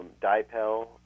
Dipel